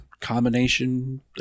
combination